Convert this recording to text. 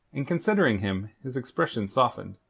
and considering him his expression softened.